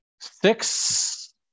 six